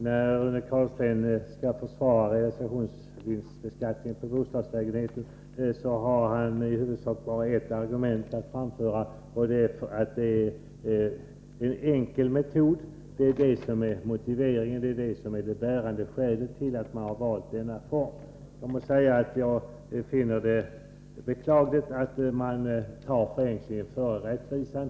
Herr talman! När Rune Carlstein skall försvara realisationsvinstbeskattningen av bostadslägenheter har han i huvudsak bara ett argument att framföra, och det är att beskattningsmetoden är enkel. Det är detta som är motiveringen och det bärande skälet till att man valt denna form. Jag måste säga att jag finner det beklagligt att man tar förenklingen före rättvisan.